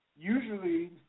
usually